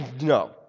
No